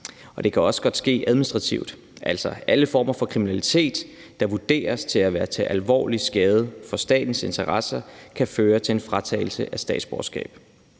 Det kan også godt ske administrativt, altså alle former for kriminalitet, der vurderes til at være til alvorlig skade for statens interesser, kan føre til en fratagelse af statsborgerskab.